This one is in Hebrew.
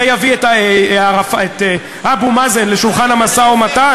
זה יביא את אבו מאזן לשולחן המשא-ומתן?